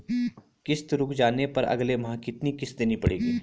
किश्त रुक जाने पर अगले माह कितनी किश्त देनी पड़ेगी?